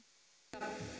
arvoisa